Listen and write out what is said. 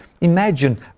imagine